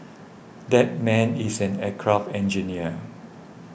that man is an aircraft engineer